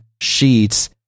sheets